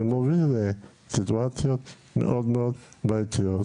ומוביל לסיטואציות מאוד בעייתיות